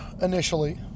initially